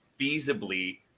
feasibly